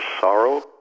sorrow